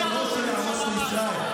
מי היה ראש ממשלה בעשור האחרון?